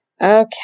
Okay